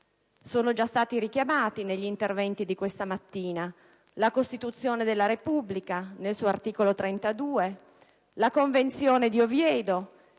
sono stati già richiamati negli interventi di questa mattina. La Costituzione della Repubblica nel suo articolo 32, la Convenzione di Oviedo